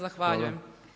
Zahvaljujem.